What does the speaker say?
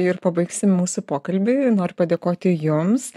ir pabaigsim mūsų pokalbį noriu padėkoti jums